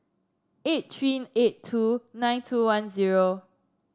eight three eight two nine two one zero